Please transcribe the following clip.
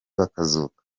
bakazuka